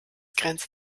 grenze